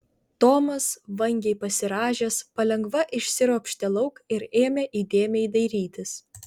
tomas vangiai pasirąžęs palengva išsiropštė lauk ir ėmė įdėmiai dairytis